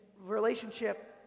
relationship